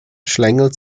schlängelt